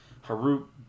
Harut